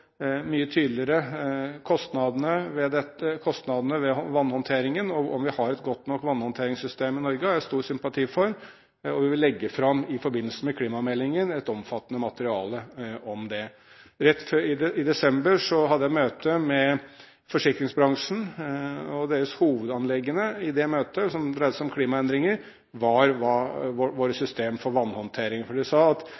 kostnadene ved vannhåndteringen og om vi har et godt nok vannhåndteringssystem i Norge, har jeg stor sympati for. Jeg vil i forbindelse med klimameldingen legge fram et omfattende materiale om det. I desember hadde jeg møte med forsikringsbransjen, og deres hovedanliggende i det møtet, som dreide seg om klimaendringer, var et system for vannhåndtering. De sa at